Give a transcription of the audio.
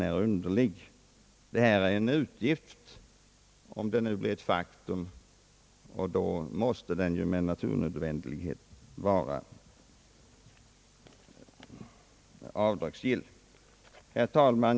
Här är det fråga om en utgift, om den nu blir ett faktum, och då måste den naturligtvis vara avdragsgill! Herr talman!